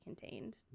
contained